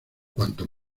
cuanto